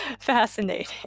fascinating